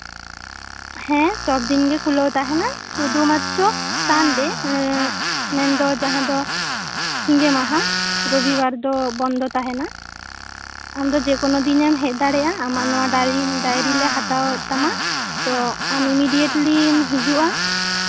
ᱦᱮᱸ ᱥᱚᱵ ᱫᱤᱱᱜᱮ ᱠᱷᱩᱞᱟᱹᱣ ᱛᱟᱦᱮᱱᱟ ᱥᱩᱫᱷᱩ ᱢᱟᱛᱨᱚ ᱥᱟᱱᱰᱮ ᱡᱟᱦᱟᱸ ᱫᱚ ᱥᱤᱸᱜᱮ ᱢᱟᱦᱟ ᱨᱚᱵᱤᱵᱟᱨ ᱫᱚ ᱵᱚᱱᱫᱚ ᱛᱟᱦᱮᱱᱟ ᱟᱢᱫᱚ ᱡᱮᱠᱳᱱᱳ ᱫᱤᱱᱮᱢ ᱦᱮᱡ ᱫᱟᱲᱮᱭᱟᱜᱼᱟ ᱟᱢᱟᱜ ᱫᱚ ᱱᱚᱣᱟ ᱰᱟᱭᱨᱤᱞᱮ ᱦᱟᱛᱟᱣ ᱮᱜ ᱛᱟᱢᱟ ᱛᱚ ᱟᱢ ᱮᱢᱤᱰᱤᱭᱮᱴᱞᱤᱢ ᱦᱤᱡᱩᱜᱼᱟ